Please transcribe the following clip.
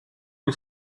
une